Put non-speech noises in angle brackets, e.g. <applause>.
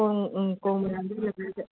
ꯎꯝ ꯎꯝ <unintelligible> ꯂꯩꯕꯩꯗ